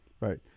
right